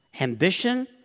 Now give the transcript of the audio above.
ambition